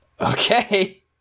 Okay